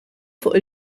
fuq